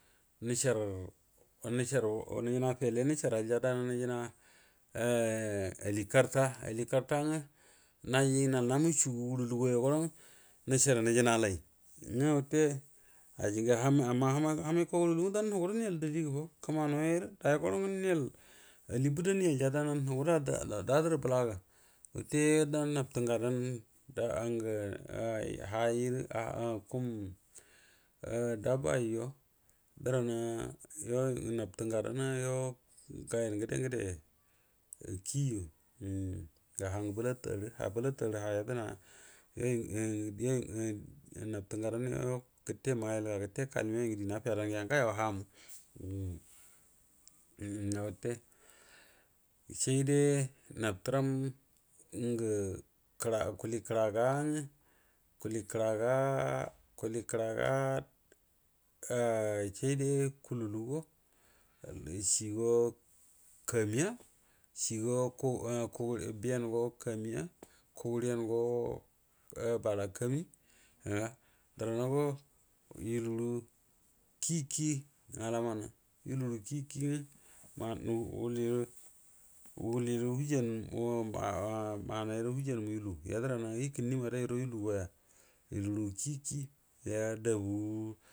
Nishar o nishar o nijina fele nisharga dan nijina ali karta ali karta naji naji nal namu shuguro nishar nijinalai nga wute ajingə hamai kogərə lagu miya dan nagudu nigal dili gəfau kəmano yayirə dai goro dana ali bədə myalya dana nugudna dadərə bəka ga wute dan nabtə ngada nairə da baijo dran nabtə ngadana gayan ngəde ngəde kiju ha bəlatago nabtə ngadana gəte mayil gəte kailəm wute saide nabtram ngə kuli kəraga nga kuli kəraga-kuli kəraga sai de kutalbugo shigo kamigo shigo biyango kamiya drango bala kami yuturu kii yulurə kii ki nga manai wujan ngə nga dərana ikunni mbədairo yulu gaya yuluru kii kii yadfabu.